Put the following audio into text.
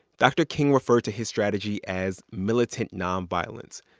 dr. king referred to his strategy as militant nonviolence.